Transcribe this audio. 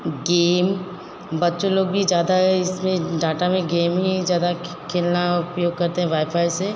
game बच्चे लोग भी ज़्यादा इसमें डाटा में गेम ही ज़्यादा खेलना उपयोग करते हैं वाईफाई से